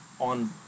on